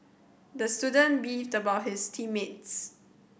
the student beefed about his team mates